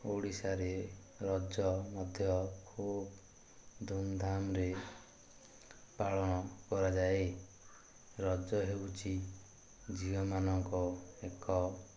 ଓଡ଼ିଶାରେ ରଜ ମଧ୍ୟ ଖୁବ ଧୁମ୍ଧାମ୍ରେ ପାଳନ କରାଯାଏ ରଜ ହେଉଛି ଝିଅମାନଙ୍କ ଏକ